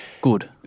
Good